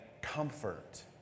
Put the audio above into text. comfort